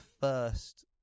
first